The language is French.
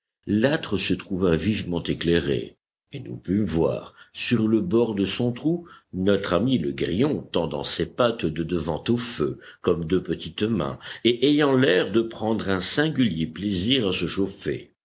l'âtre se trouva vivement éclairé et nous pûmes voir sur le bord de son trou notre ami le grillon tendant ses pattes de devant au feu comme deux petites mains et ayant l'air de prendre un singulier plaisir à se chauffer